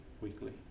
Weekly